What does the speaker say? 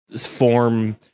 form